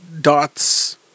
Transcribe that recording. dots